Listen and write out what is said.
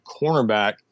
cornerback